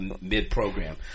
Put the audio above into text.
mid-program